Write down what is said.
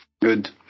Good